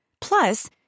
Plus